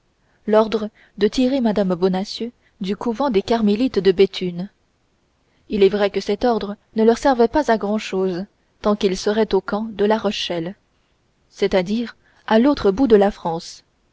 l'ordre de tirer mme bonacieux du couvent des carmélites de béthune il est vrai que cet ordre ne leur servirait pas à grand-chose tant qu'ils seraient au camp de la rochelle c'est-à-dire à l'autre bout de la france